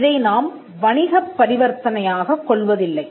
இதை நாம் வணிகப் பரிவர்த்தனையாகக் கொள்வதில்லை